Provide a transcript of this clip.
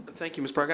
thank you, ms. brock.